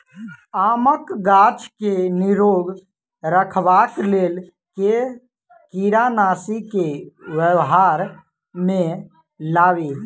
आमक गाछ केँ निरोग रखबाक लेल केँ कीड़ानासी केँ व्यवहार मे लाबी?